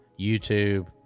youtube